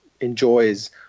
enjoys